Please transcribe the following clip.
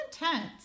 intense